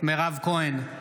מירב כהן,